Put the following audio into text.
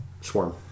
Swarm